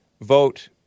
vote